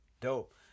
Dope